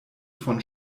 von